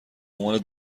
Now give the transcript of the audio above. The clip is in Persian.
عنوان